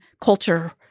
culture